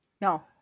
no